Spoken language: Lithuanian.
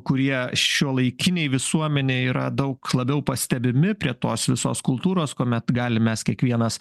kurie šiuolaikinėj visuomenėj yra daug labiau pastebimi prie tos visos kultūros kuomet galim mes kiekvienas